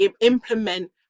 implement